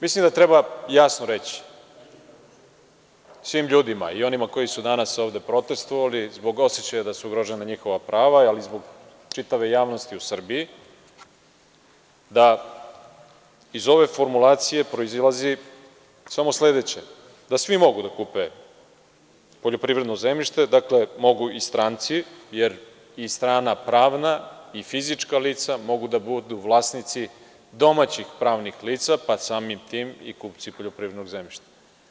Mislim da treba jasno reći svim ljudima i onima koji su danas ovde protestvovali zbog osećaja da su ugrožena njihova prava, ali i zbog čitave javnosti u Srbiji, da iz ove formulacije proizilazi samo sledeće, da svi mogu da kupe poljoprivredno zemljište, mogu i stranci jer i strana pravna i fizička lica mogu da budu vlasnici domaćih pravnih lica pa samim tim i kupci poljoprivrednog zemljišta.